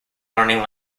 learning